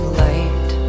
light